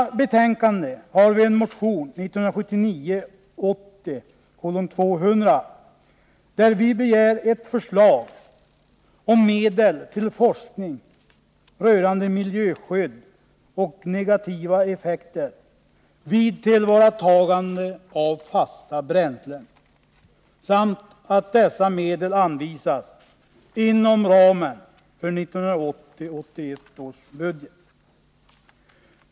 I betänkandet behandlas också vår motion 1979 81 års budget.